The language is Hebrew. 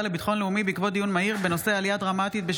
לביטחון לאומי בעקבות דיון מהיר בהצעתם של